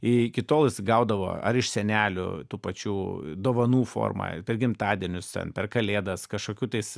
iki tol jis gaudavo ar iš senelių tų pačių dovanų formą ir per gimtadienius ten per kalėdas kažkokių tais